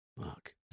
Fuck